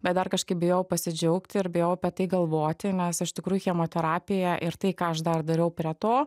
bet dar kažkaip bijojau pasidžiaugti ir bijojau apie tai galvoti nes iš tikrųjų chemoterapija ir tai ką aš dar dariau prie to